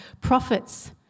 prophets